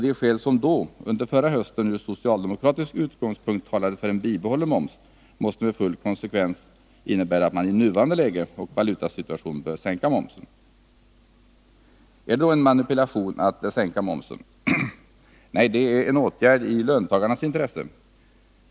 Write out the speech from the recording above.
De skäl som då — under förra hösten — ur socialdemokratisk utgångspunkt talade för en bibehållen moms måste med full konsekvens innebära att man i nuvarande läge och valutasituation bör sänka momsen. Är det då en manipulation att sänka momsen? Nej, det är en åtgärd i löntagarnas intresse.